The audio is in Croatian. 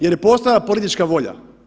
Jer je postojala politička volja.